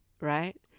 right